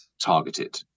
targeted